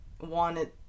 wanted